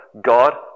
God